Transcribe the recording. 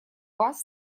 вас